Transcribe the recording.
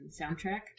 soundtrack